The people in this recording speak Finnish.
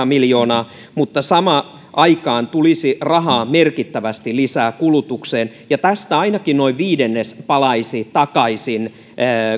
miljoonaa mutta samaan aikaan tulisi rahaa merkittävästi lisää kulutukseen ja tästä ainakin noin viidennes palaisi takaisin